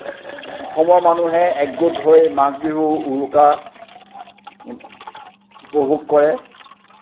অসমৰ মানুহে একগোট হৈ মাঘ বিহু উৰুকা উপভোগ কৰে